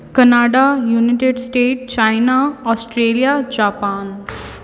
Canada united state China Australia Japan